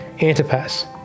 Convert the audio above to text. Antipas